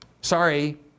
sorry